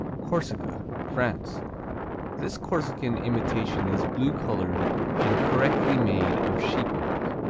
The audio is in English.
corsica, france this corsican imitation is blue-colored and correctly made of sheep milk,